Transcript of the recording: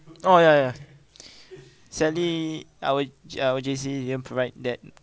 oh ya ya sadly our J~ our J_C didn't provide that